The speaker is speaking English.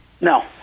No